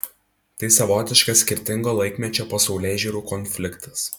tai savotiškas skirtingo laikmečio pasaulėžiūrų konfliktas